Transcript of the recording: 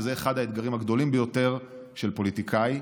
שזה אחד האתגרים הגדולים ביותר של פוליטיקאי,